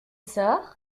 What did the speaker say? sort